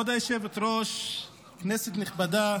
כבוד היושבת-ראש, כנסת נכבדה,